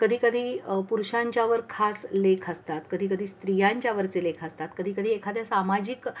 कधीकधी पुरुषांच्यावर खास लेख असतात कधीकधी स्त्रियांच्यावरचे लेख असतात कधीकधी एखाद्या सामाजिक